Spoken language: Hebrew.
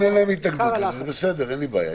אם אין להם התנגדות, זה בסדר, אין לי בעיה.